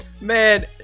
Man